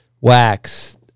wax